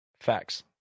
facts